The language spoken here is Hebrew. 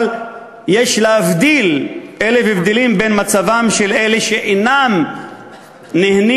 אבל יש להבדיל אלף הבדלים בין מצבם של אלה שאינם נהנים